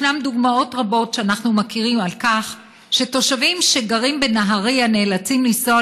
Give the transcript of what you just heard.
ישנן דוגמאות רבות שאנחנו מכירים לכך שתושבים שגרים בנהריה נאלצים לנסוע